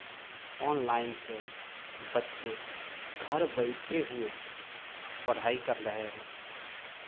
online से बच्चे घर बैठे हुए पढ़ाई कर रहे हैं